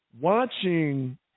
watching